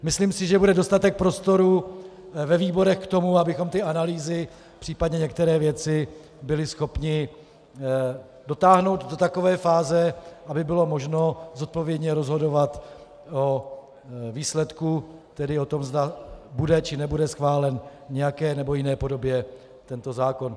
Myslím si, že bude dostatek prostoru ve výborech k tomu, abychom ty analýzy, případně některé věci, byli schopni dotáhnout do takové fáze, aby bylo možno zodpovědně rozhodovat o výsledku, tedy o tom, zda bude, či nebude schválen v nějaké nebo jiné podobě tento zákon.